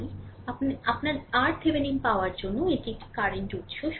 সুতরাং আপনার আপনার RThevenin পাওয়ার জন্য এটি একটি কারেন্ট উৎস